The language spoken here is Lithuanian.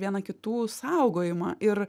viena kitų saugojimą ir